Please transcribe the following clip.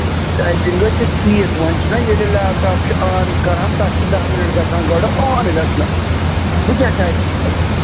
typing حظ چھُ ٹھیٖک وۅنۍ چھُناہ ییٚلہِ لیپٹاپ چھِ آن کَران تتھ چھِ دَہ مِنَٹ گَژھان گۄڈٕ آن گَژھنَس بہٕ کیٛاہ ٹایپِنٛگ کَرٕ پَتہٕ تتھ